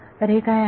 तर हे काय आहे